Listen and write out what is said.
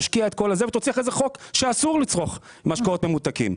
תשקיע את הכול ואחר כך תוציא חוק שאסור לצרוך משקאות ממותקים.